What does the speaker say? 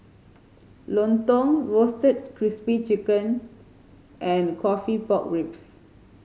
lontong Roasted Crispy Chicken and coffee pork ribs